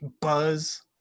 buzz